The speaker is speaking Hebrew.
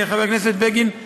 חבר הכנסת בגין,